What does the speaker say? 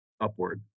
Upward